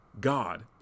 God